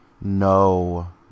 No